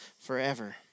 forever